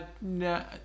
no